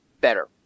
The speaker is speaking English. better